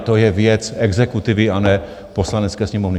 To je věc exekutivy a ne Poslanecké sněmovny.